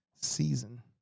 season